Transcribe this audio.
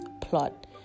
plot